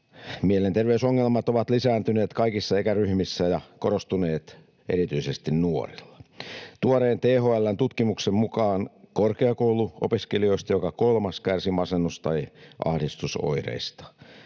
Mielenterveysongelmat ovat lisääntyneet kaikissa ikäryhmissä ja korostuneet erityisesti nuorilla. Tuoreen THL:n tutkimuksen mukaan korkeakouluopiskelijoista joka kolmas kärsi masennus- tai ahdistusoireista.